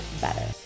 better